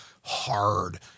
hard